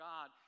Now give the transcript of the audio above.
God